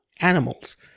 animals